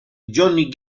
johnny